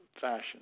fashion